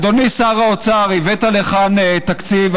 אדוני שר האוצר, הבאת לכאן תקציב.